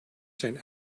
zijn